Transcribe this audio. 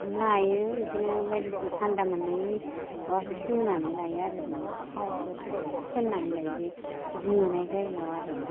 नायो बिदिनो बायदिसिना थान्दा मोननायनि माबा होनानै लायो आरो बिदिनो थावफोरबो फोननानै लायो बे जोनाय जायगायाव आरो